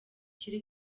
kiri